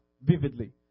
vividly